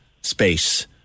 space